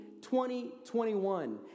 2021